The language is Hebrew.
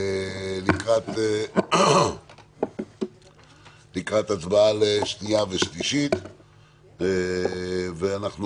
לקראת הצבעה לקריאה שנייה ושלישית ואנחנו